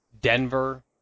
Denver